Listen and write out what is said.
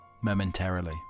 momentarily